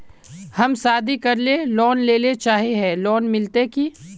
हम शादी करले लोन लेले चाहे है लोन मिलते की?